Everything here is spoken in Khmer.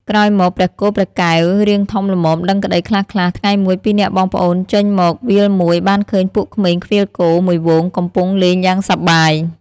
ក្រោយមក ព្រះគោ ព្រះកែវ រាងធំល្មមដឹងក្ដីខ្លះៗ ថ្ងៃមួយពីរនាក់បងប្អូនចេញមកវាលមួយបានឃើញពួកក្មេងឃ្វាលគោមួយហ្វូងកំពុងលេងយ៉ាងសប្បាយ ។